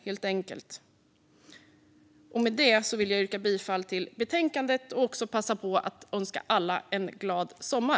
Jag vill med detta yrka bifall till utskottets förslag i betänkandet och även önska alla en glad sommar.